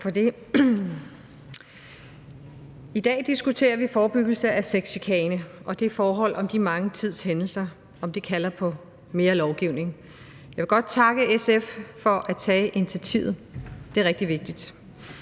I dag diskuterer vi forebyggelse af sexchikane og det forhold, om de mange hændelser kalder på mere lovgivning. Jeg vil godt takke SF for at tage initiativet. Det er rigtig vigtigt.